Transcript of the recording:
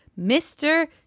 Mr